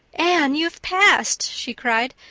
anne, you've passed, she cried,